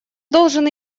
должен